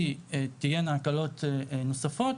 תהיינה הקלות נוספות,